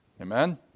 Amen